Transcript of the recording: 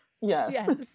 Yes